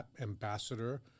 ambassador